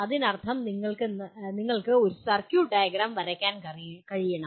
അതിനർത്ഥം നിങ്ങൾക്ക് ഒരു സർക്യൂട്ട് ഡയഗ്രം വരയ്ക്കാൻ കഴിയണം